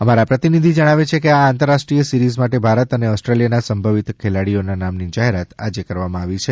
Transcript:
અમારા પ્રતિનિધિ જણાવેછે કે આ આંતરરાષ્ટ્રીય સીરીઝ માટે ભારત અનેઓસ્ટ્રેલિયા ના સંભવિત ખેલાડીઓના નામની જાહેરાત આજે કરવામાં આવી છે